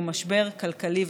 הוא משבר כלכלי וחברתי.